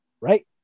right